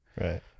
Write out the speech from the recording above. right